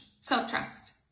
self-trust